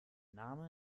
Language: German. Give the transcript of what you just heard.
name